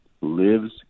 lives